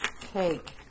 Cake